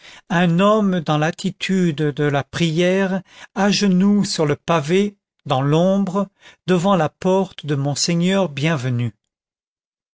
un homme dans l'attitude de la prière à genoux sur le pavé dans l'ombre devant la porte de monseigneur bienvenu